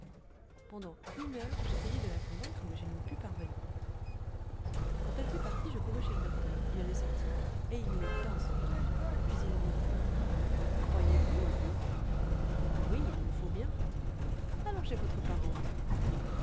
pendant une heure j'essayai de la convaincre mais je n'y pus parvenir quand elle fui partie je courus chez le docteur il allait sortir et il m'écouta en souriant puis il dit croyez-vous maintenant oui il le faut bien allons chez votre parente